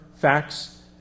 facts